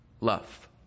love